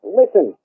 listen